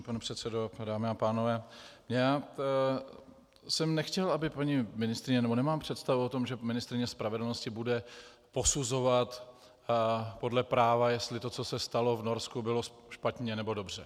Pane předsedo, dámy a pánové, já jsem nechtěl, aby paní ministryně nebo nemám představu o tom, že ministryně spravedlnosti bude posuzovat podle práva, jestli to, co se stalo v Norsku, bylo špatně, nebo dobře.